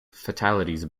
fatalities